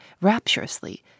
rapturously